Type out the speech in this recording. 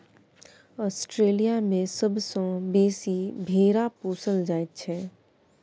Australia मे सबसँ बेसी भेरा पोसल जाइ छै